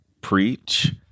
preach